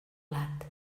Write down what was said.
blat